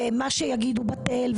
מה שיגידו בטל,